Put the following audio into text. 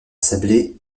sablé